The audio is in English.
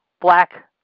black